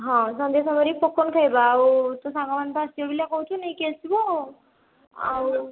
ହଁ ସନ୍ଧ୍ୟା ସମୟରେ ବି ପପ୍କର୍ଣ୍ଣ ଖାଇବା ଆଉ ତୋ ସାଙ୍ଗମାନେ ତ ଆସିବେ ବୋଲି କହୁଛୁ ନେଇକି ଆସିବୁ ଆଉ ଆଉ